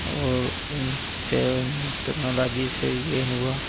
और जैसे टेक्नोलॉजी से ये हुआ